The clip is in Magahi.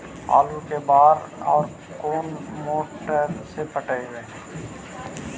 आलू के बार और कोन मोटर से पटइबै?